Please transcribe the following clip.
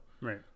Right